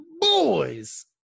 boys